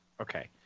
okay